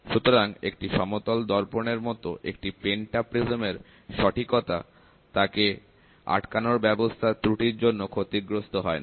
সুতরাং একটি সমতল দর্পণের মতো একটি পেন্টাপ্রিজম এর সঠিকতা আটকানোর ব্যবস্থার ত্রুটির জন্য ক্ষতিগ্রস্ত হয় না